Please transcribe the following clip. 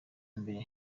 mbere